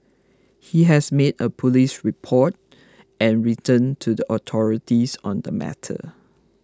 he has made a police report and written to the authorities on the matter